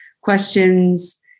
questions